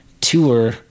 tour